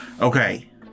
Okay